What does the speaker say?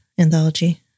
anthology